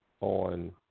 on